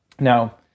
Now